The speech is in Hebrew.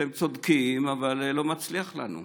בעצם: אתם צודקים, אבל לא מצליח לנו.